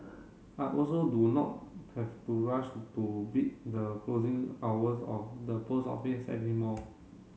I also do not have to rush to beat the closing hours of the post office any more